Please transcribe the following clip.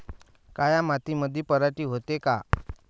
काळ्या मातीमंदी पराटी होते का?